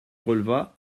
releva